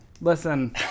Listen